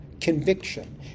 conviction